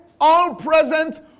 all-present